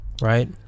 Right